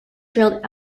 drilled